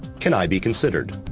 can i be considered?